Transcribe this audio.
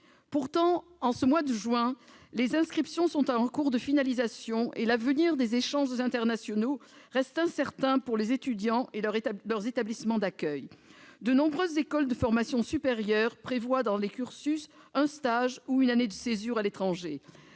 Pourtant, en ce mois de juin, les inscriptions sont en cours de finalisation et l'avenir des échanges internationaux reste incertain pour les étudiants et leurs établissements d'accueil. De nombreuses écoles de formation supérieure prévoient dans les cursus un stage ou une année de césure à l'étranger,